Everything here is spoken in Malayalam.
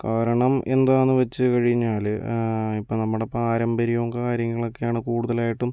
കാരണം എന്താന്ന് വെച്ച് കഴിഞ്ഞാല് ഇപ്പം നമ്മുടെ പാരമ്പര്യവും കാര്യങ്ങളൊക്കെയാണ് കൂടുതലായിട്ടും